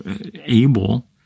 able